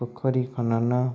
ପୋଖରୀ ଖନନ